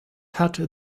had